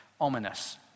Ominous